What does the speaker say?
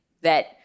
that-